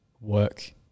work